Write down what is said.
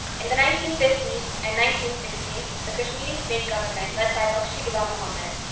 in the nineteen fifty s and nineteen sixty s, the kashmiri state government, led by bakshi ghulam mohammad,